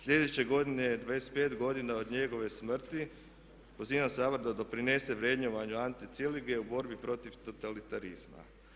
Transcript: Sljedeće godine je 25 godina od njegove smrti, pozivam Sabor da doprinese vrednovanju Ante Cilige u borbi protiv totalitarizma.